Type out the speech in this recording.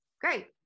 Great